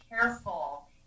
careful